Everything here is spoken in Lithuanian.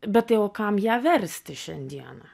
bet tai o kam ją versti šiandieną